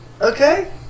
Okay